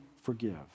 forgive